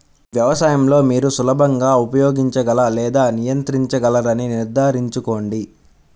వ్యవసాయం లో మీరు సులభంగా ఉపయోగించగల లేదా నియంత్రించగలరని నిర్ధారించుకోండి